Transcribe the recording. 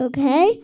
Okay